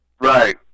Right